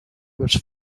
was